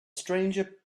stranger